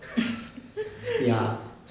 ya so